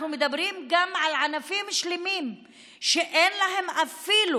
אנחנו מדברים גם על ענפים שלמים שאין להם אפילו